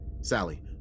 Sally